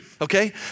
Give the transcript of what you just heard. okay